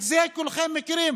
את זה כולכם מכירים,